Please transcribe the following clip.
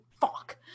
fuck